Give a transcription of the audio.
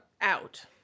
out